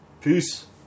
Peace